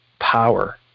Power